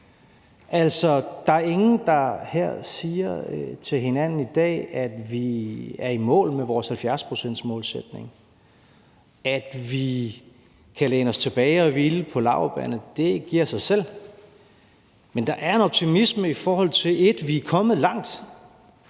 der er ingen, der siger til hinanden her i dag, at vi er i mål med vores 70-procentsmålsætning, at vi kan læne os tilbage og hvile på laurbærrene. Det giver sig selv. Men der er en optimisme, i forhold til 1) at vi er kommet langt,